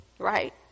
right